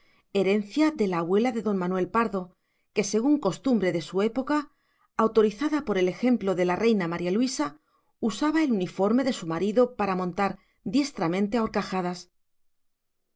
herencia de la abuela de don manuel pardo que según costumbre de su época autorizada por el ejemplo de la reina maría luisa usaba el uniforme de su marido para montar diestramente a